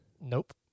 Nope